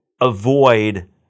avoid